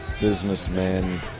Businessman